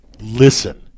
Listen